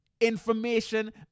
information